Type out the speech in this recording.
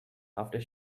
after